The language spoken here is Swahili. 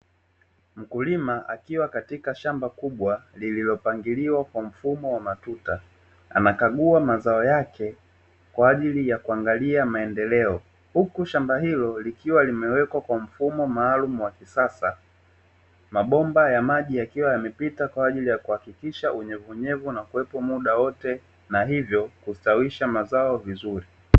Mkulima akiwa katika shamba kubwa lililopangiliwa kwa mfumo wa matuta anakagua mazao yake kwa ajili ya kuangalia maendeleo huku shamba hilo likiwa limewekwa kwa mfumo maalumu wa kisasa, mabomba ya maji yakiwa yamepita kwa ajili ya kuhakikisha unyevunyevu unakuwepo muda wote na hivyo kustawisha mazao vizuri.